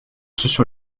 sur